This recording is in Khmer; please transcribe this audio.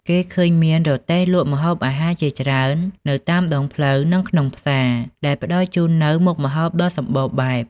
គេឃើញមានរទេះលក់ម្ហូបអាហារជាច្រើននៅតាមដងផ្លូវ និងក្នុងផ្សារ ដែលផ្តល់ជូននូវមុខម្ហូបដ៏សម្បូរបែប។